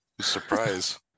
Surprise